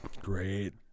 Great